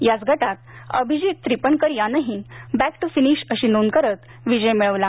याच गटात अभिजित त्रिपणकर यानंही बॅक टु फिनिश अशी नोंद करत विजय मिळवला